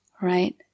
right